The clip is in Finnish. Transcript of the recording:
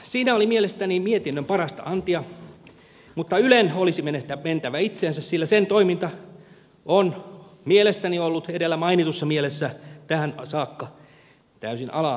siinä oli mielestäni mietinnön parasta antia mutta ylen olisi mentävä itseensä sillä sen toiminta on mielestäni ollut edellä mainitussa mielessä tähän saakka täysin ala arvoista